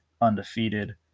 undefeated